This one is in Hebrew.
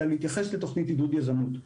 אלא להתייחס לתוכנית עידוד יזמות.